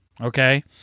Okay